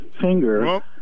finger